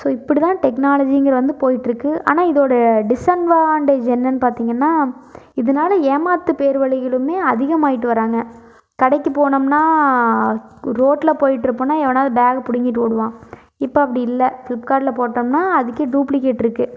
so இப்புடி தான் டெக்னாலஜிங்கிறது வந்து போயிகிட்டு இருக்கு ஆனால் இதோட டிஸ்அட்வான்டேஜ் என்னன்னு பார்த்திங்கன்னா இதனால ஏமாற்று பேர்வழிகளுமே அதிகமாயிட்டு வராங்க கடைக்கு போனம்னா ரோட்டில் போயிட்டுருப்போனா எவனாவது பேக்கை பிடிங்கிட்டு ஓடுவான் இப்போ அப்படி இல்லை ஃப்ளிப்கார்ட்டில் போட்டம்ன்னா அதுக்கே டூப்ளிகெட் இருக்கு